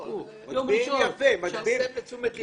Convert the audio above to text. חכו, יום ראשון.